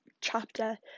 chapter